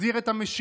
נחזיר את המשילות,